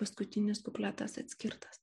paskutinis kupletas atskirtas